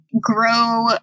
grow